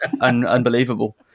unbelievable